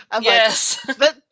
yes